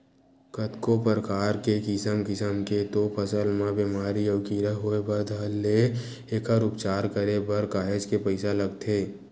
कतको परकार के किसम किसम के तो फसल म बेमारी अउ कीरा होय बर धर ले एखर उपचार करे बर काहेच के पइसा लगथे